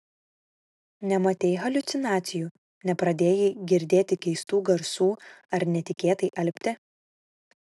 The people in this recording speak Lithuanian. nematei haliucinacijų nepradėjai girdėti keistų garsų ar netikėtai alpti